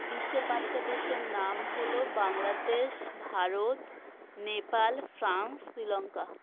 বিশ্বের পাঁচটা দেশের নাম হল বাংলাদেশ ভারত নেপাল ফ্রান্স শ্রীলঙ্কা